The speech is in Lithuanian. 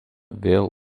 vėl